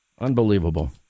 Unbelievable